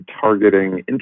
targeting